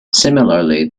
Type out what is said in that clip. similarly